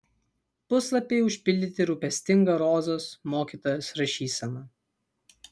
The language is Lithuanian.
puslapiai užpildyti rūpestinga rozos mokytojos rašysena